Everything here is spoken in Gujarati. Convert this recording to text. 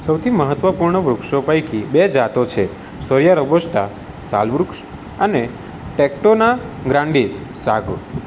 સૌથી મહત્વપૂર્ણ વૃક્ષો પૈકી બે જાતો છે સોઇયાં રબોસ્ટા સાલ વૃક્ષ અને ટેક્ટોના ગ્રાન્ડિસ સાગો